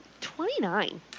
Twenty-nine